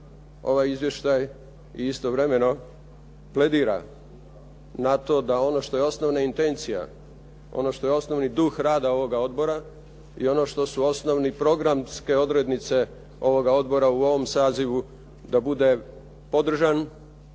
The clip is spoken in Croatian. ovaj izvještaj i istovremeno pledira na to da ono što je osnovna intencija, ono što je osnovni duh rada ovoga odbora i ono što su osnovne programske odrednice ovoga odbora u ovom sazivu da bude podržan,